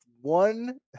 one